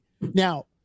now